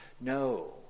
No